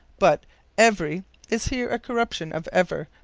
but every is here a corruption of ever,